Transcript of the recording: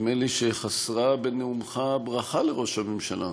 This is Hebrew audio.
נדמה לי שחסרה בנאומך ברכה לראש הממשלה.